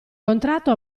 contratto